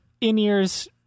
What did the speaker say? in-ears